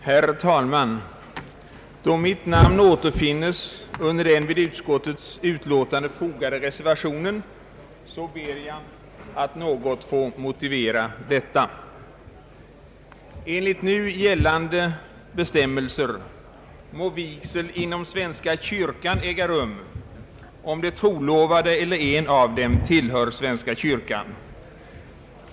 Herr talman! Då mitt namn återfinns under den till utskottets utlåtande fogade reservationen ber jag att något få motivera denna. Enligt nu gällande bestämmelser må vigsel inom svenska kyrkan äga rum om de trolovade eller en av dem tillhör svenska kyrkan.